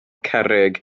cerrig